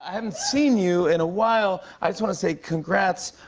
i haven't seen you in a while. i just want to say congrats.